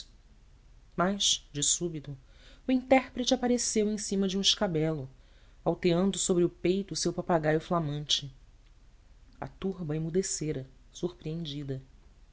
de súbito o intérprete apareceu em cima de um escabelo alteando sobre o peito o seu papagaio flamante a turba emudecera surpreendida